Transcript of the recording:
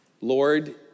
Lord